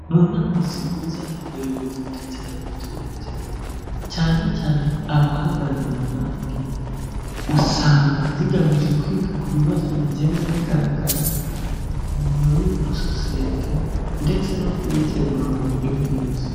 Mu nama zihuza abayobozi ndetse n'abaturage, cyane cyane abahagarariye abandi, usanga zigamije kwiga ku bibazo bigenda bigaragara, muri sosiyete, ndetse no kubikemura mu buryo bwiza.